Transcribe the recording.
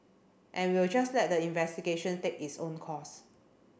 and we'll just let the investigation take its own course